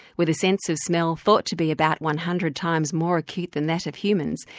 with a sense of smell thought to be about one hundred times more acute than that of humans,